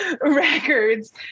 records